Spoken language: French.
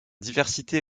diversité